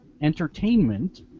Entertainment